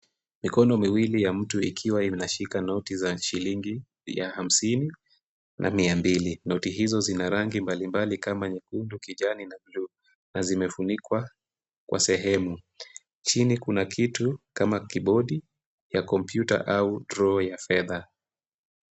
Mikono miwili ya mtu ikiwa inashika noti za shilingi ya hamsini na mia mbili. Noti hizo zina rangi mbalimbali kama nyekundu, kijani na bluu na zimefunikwa kwa sehemu. Chini kuna kitu kama kibodi ya kompyuta au draw ya fedha.